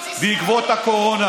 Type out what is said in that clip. למדת עוד סיסמה.